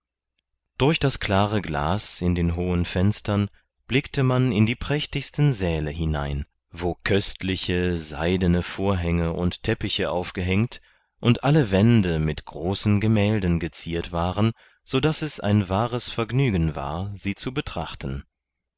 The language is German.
durch das klare glas in den hohen fenstern blickte man in die prächtigsten säle hinein wo köstliche seidene vorhänge und teppiche aufgehängt und alle wände mit großen gemälden geziert waren sodaß es ein wahres vergnügen war sie zu betrachten